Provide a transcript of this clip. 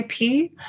ip